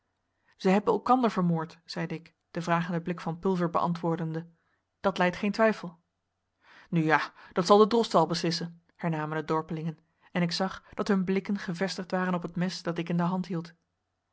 zij hebben elkander vermoord zeide ik den vragenden blik van pulver beantwoordende dat lijdt geen twijfel nu ja dat zal de drost wel beslissen hernamen de dorpelingen en ik zag dat hun blikken gevestigd waren op het mes dat ik in de hand hield